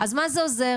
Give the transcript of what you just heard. אז מה זה עוזר?